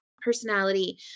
personality